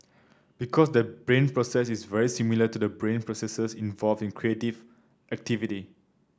because that brain process is very similar to the brain processes involved in creative activity